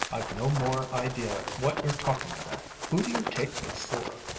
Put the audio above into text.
i've no more idea what you're talking about! who do you take me for?